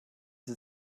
sie